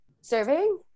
serving